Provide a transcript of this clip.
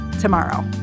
tomorrow